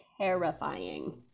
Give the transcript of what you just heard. terrifying